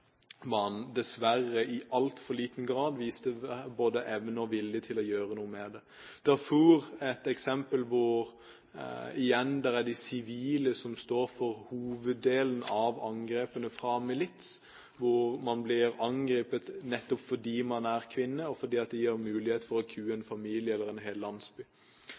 man dessverre i altfor liten grad viste både evne og vilje til å gjøre noe med det. Darfur er et eksempel hvor det igjen er de sivile som opplever hoveddelen av angrepene fra milits, hvor man blir angrepet nettopp fordi man er kvinne, og fordi det gir mulighet for å kue en familie eller en hel landsby.